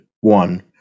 one